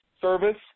service